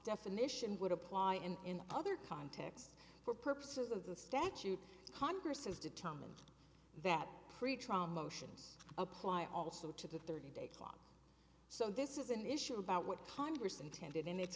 definition would apply and in other contexts for purposes of the statute congress has determined that pretrial motions apply also to the thirty day clock so this is an issue about what congress intended in i